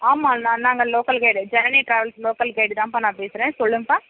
ஆமாம் நான் நாங்கள் local guide Janani travels local guide தான்பா நான் பேசுகிறன் சொல்லுங்கபா